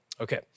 Okay